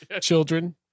Children